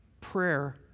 Prayer